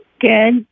Good